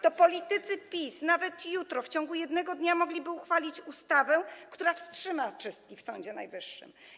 To politycy PiS - nawet jutro, w ciągu 1 dnia - mogliby uchwalić ustawę, która wstrzyma czystki w Sądzie Najwyższym.